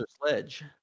sledge